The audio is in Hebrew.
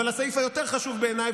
אבל הסעיף היותר-חשוב בעיניי,